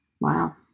Wow